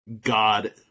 God